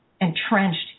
entrenched